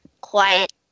quiet